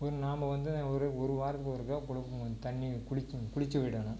ஒரு நாம் வந்து ஒரு ஒரு வாரத்துக்கு ஒருக்கா குளிக்கணும் தண்ணி குளிக்கணும் குளித்து விடணும்